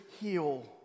heal